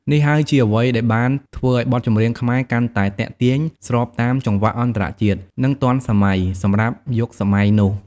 នេះហើយជាអ្វីដែលបានធ្វើឱ្យបទចម្រៀងខ្មែរកាន់តែ ទាក់ទាញ ស្របតាមចង្វាក់អន្តរជាតិ និង ទាន់សម័យ សម្រាប់យុគសម័យនោះ។